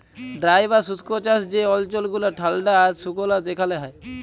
dry বা শুস্ক চাষ যে অল্চল গুলা ঠাল্ডা আর সুকলা সেখালে হ্যয়